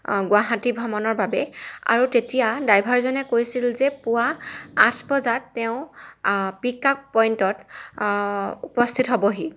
গুৱাহাটী ভ্ৰমণৰ বাবে আৰু তেতিয়া ড্ৰাইভাৰজনে কৈছিল যে পুৱা আঠ বজাত তেওঁ পিক আপ পইণ্টত উপস্থিত হ'বহি